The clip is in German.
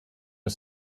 der